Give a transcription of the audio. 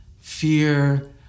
fear